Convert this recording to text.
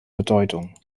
bedeutung